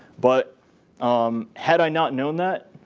but um had i not known that,